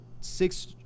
six